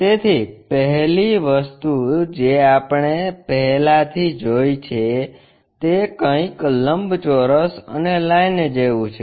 તેથી પહેલી વસ્તુ જે આપણે પહેલાથી જોઇ છે તે કંઈક લંબચોરસ અને લાઈન જેવું છે